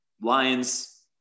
Lions